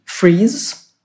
freeze